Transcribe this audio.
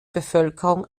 bevölkerung